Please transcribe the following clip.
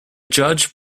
judge